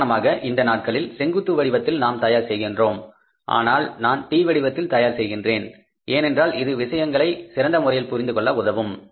சாதாரணமாக இந்த நாட்களில் செங்குத்து வடிவத்தில் நாம் தயார் செய்கின்றோம் ஆனால் நான் T வடிவத்தில் தயார் செய்கிறேன் ஏனெனில் இது விஷயங்களை சிறந்த முறையில் புரிந்துகொள்ள உதவும்